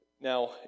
now